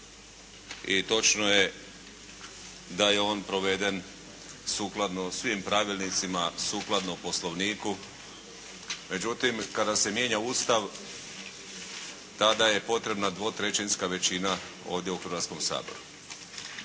i točno je da je on proveden sukladno svim pravilnicima, sukladno Poslovniku, međutim kada se mijenja Ustav, tada je potrebna dvotrećinska većina ovdje u Hrvatskom saboru.